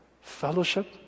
fellowship